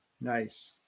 Nice